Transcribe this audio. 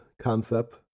Concept